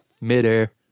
Mid-air